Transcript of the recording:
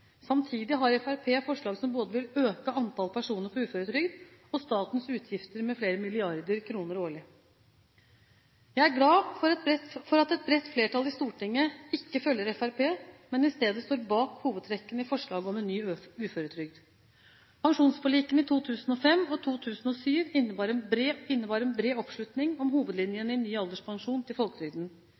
Samtidig har Fremskrittspartiet forslag som vil øke både antall personer på uføretrygd og statens utgifter med flere milliarder kroner årlig. Jeg er glad for at et bredt flertall i Stortinget ikke følger Fremskrittspartiet, men i stedet står bak hovedtrekkene i forslaget om en ny uføretrygd. Pensjonsforlikene i 2005 og 2007 innebar en bred oppslutning om hovedlinjene i ny alderspensjon i folketrygden.